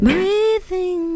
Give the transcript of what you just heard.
Breathing